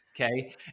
Okay